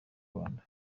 rwanda